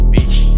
Bitch